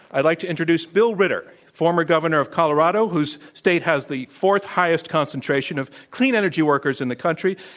i'd like to introduce bill ritter, former governor of colorado whose state has the fourth highest concentration of clean energy workers in the country.